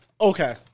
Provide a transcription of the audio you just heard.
okay